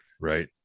Right